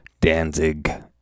Danzig